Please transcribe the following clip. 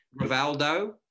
Rivaldo